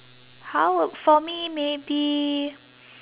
how w~ for me maybe